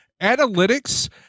analytics